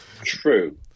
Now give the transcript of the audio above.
True